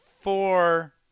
four